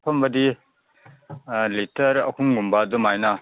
ꯑꯐꯝꯕꯗꯤ litre ꯑꯍꯨꯝꯒꯨꯝꯕ ꯑꯗꯨꯃꯥꯏꯅ